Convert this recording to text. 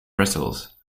bristles